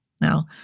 Now